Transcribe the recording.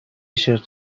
شرت